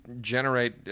generate